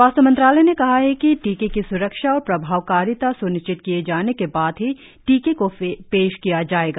स्वास्थ्य मंत्रालय ने कहा है कि टीके की स्रक्षा और प्रभावकारिता स्निश्चित किये जाने के बाद ही टीके को पेश किया जायेगा